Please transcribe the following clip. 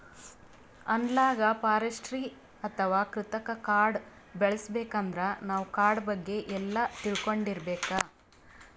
analogue forestry ಅಥವಾ ಕೃತಕ್ ಕಾಡ್ ಬೆಳಸಬೇಕಂದ್ರ ನಾವ್ ಕಾಡ್ ಬಗ್ಗೆ ಎಲ್ಲಾ ತಿಳ್ಕೊಂಡಿರ್ಬೇಕ್